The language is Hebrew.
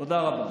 תודה רבה.